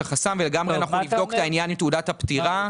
החסם וגם אנחנו נבדוק את העניין עם תעודת הפטירה.